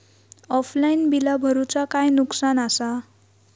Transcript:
Offline बिला भरूचा काय नुकसान आसा?